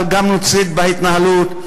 אבל גם נוצרית בהתנהלות,